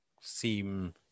seem